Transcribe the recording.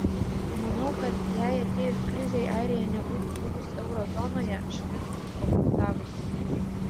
manau kad jei atėjus krizei airija nebūtų buvus euro zonoje šalis būtų bankrutavusi